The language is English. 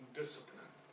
discipline